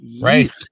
Right